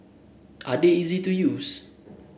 are they easy to use